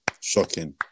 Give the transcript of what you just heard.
Shocking